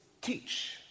teach